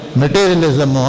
materialism